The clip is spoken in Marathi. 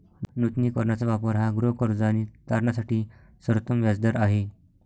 नूतनीकरणाचा वापर हा गृहकर्ज आणि तारणासाठी सर्वोत्तम व्याज दर आहे